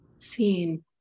seen